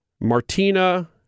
Martina